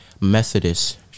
methodist